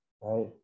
right